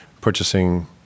purchasing